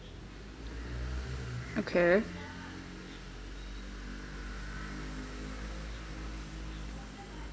okay